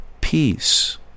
peace